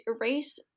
erase